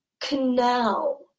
canal